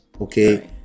Okay